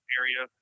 area